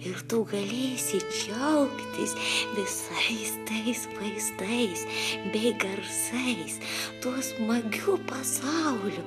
ir tu galėsi džiaugtis visais tais vaizdais bei garsais tuo smagiu pasauliu